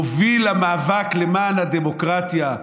מוביל מאבק למען הדמוקרטיה,